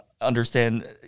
understand